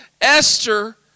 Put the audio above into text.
Esther